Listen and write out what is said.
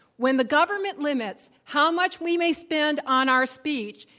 when the government limits how much we may spend on our speech,